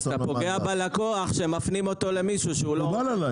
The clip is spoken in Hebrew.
אז זה פוגע בלקוח שמפנים אותו למישהו שהוא לא עובד.